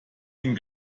den